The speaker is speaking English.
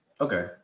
Okay